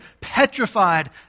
petrified